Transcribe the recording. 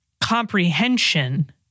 comprehension